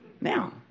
Now